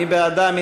מי בעדה?